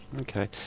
okay